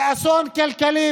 זה אסון כלכלי,